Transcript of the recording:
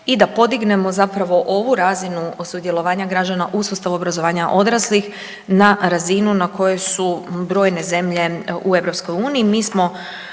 i da podignemo zapravo ovu razinu sudjelovanja građana u sustavu obrazovanja odraslih na razinu na kojoj su brojne zemlje u EU.